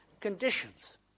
conditions